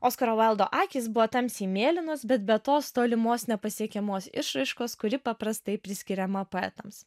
oskaro vaildo akys buvo tamsiai mėlynos bet be tos tolimos nepasiekiamos išraiškos kuri paprastai priskiriama poetams